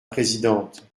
présidente